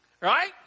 Right